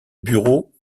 bureau